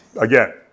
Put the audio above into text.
Again